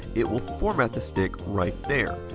it will format the stick right there.